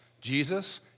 Jesus